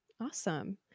Awesome